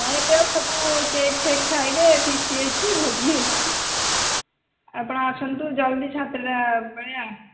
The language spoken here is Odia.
ହଁ ଏଥିରେ ସବୁ କେକ୍ ଫେକ୍ ଖାଇବେ ଫିଷ୍ଟ ହୋଇଛି ଭୋଜି ହୋଇଛି ଆପଣ ଆସନ୍ତୁ ଜଲ୍ଦି ସାତଟା ବେଳେ ଆଉ